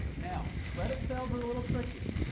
now credit sales are a little trickier.